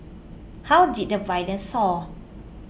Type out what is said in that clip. how did the violence soar